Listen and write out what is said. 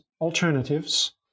alternatives